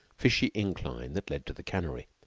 fishy incline that led to the cannery.